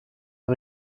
der